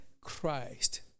Christ